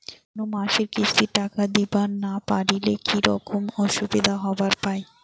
কোনো মাসে কিস্তির টাকা দিবার না পারিলে কি রকম অসুবিধা হবার পায়?